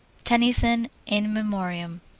tennyson, in memoriam.